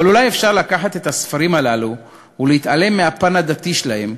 אבל אולי אפשר לקחת את הספרים הללו ולהתעלם מהפן הדתי שלהם,